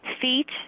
feet